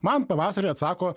man pavasarį atsako